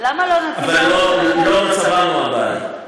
אבל לא מצבם הוא הבעיה.